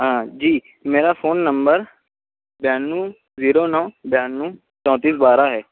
ہاں جی میرا فون نمبر بیانوے زیرو نو بیانوے چونتیس بارہ ہے